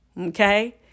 okay